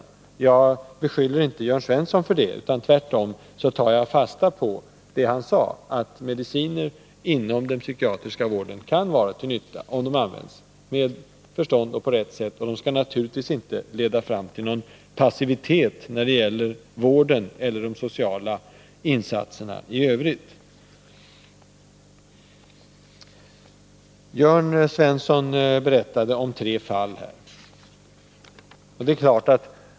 Jag beskyller inte Jörn Svensson för att göra det, utan tvärtom tar jag fasta på hans uttalande att mediciner inom den psykiatriska vården kan vara till nytta, om de används med förstånd och på rätt sätt. Och de skall naturligtvis inte leda fram till någon passivitet när det gäller vården eller de sociala insatserna i övrigt. Jörn Svensson berättade om tre fall.